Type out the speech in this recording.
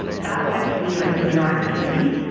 that went to the un human rights committee,